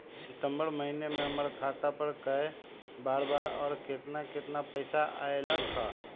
सितम्बर महीना में हमर खाता पर कय बार बार और केतना केतना पैसा अयलक ह?